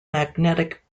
magnetic